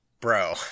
bro